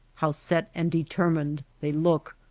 how set and determined they look!